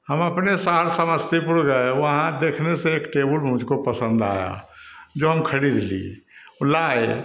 हम अपने शहर समस्तीपुर गए वहाँ देखने से एक टेबुल मुझको पसन्द आया जो हम खरीद लिए वह लाए